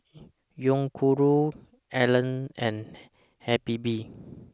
Yoguru Elle and Habibie